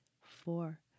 four